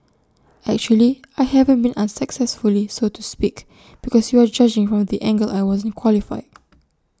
actually I haven't been unsuccessfully so to speak because you are judging from the angle I wasn't qualified